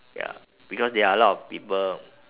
ya because there are a lot of people